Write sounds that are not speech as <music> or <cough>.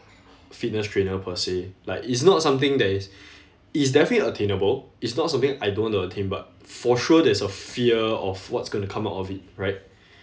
fitness trainer per se like it's not something that is <breath> it's definitely attainable it's not something I don't want to attain but for sure there's a fear of what's going to come out of it right <breath>